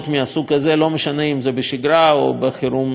לא משנה אם זה בשגרה או בחירום המלחמתי.